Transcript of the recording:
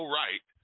right